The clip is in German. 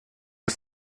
bis